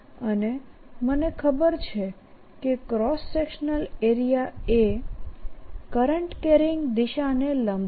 અને મને ખબર છે કે cross sectional area a current carrying દિશાને લંબ છે